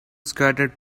scattered